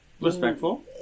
respectful